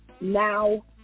now